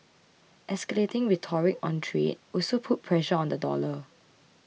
escalating rhetoric on trade also put pressure on the dollar